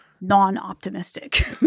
non-optimistic